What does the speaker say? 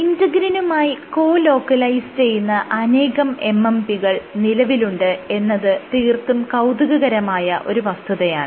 ഇന്റെഗ്രിനുമായി colocalize ചെയ്യുന്ന അനേകം MMPs നിലവിലുണ്ട് എന്നത് തീർത്തും കൌതുകകരമായ ഒരു വസ്തുതയാണ്